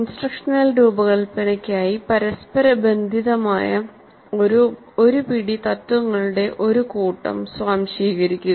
instructional രൂപകൽപ്പനയ്ക്കായി പരസ്പരബന്ധിതമായ ഒരു പിടി തത്വങ്ങളുടെ ഒരു കൂട്ടം സ്വാംശീകരിക്കുക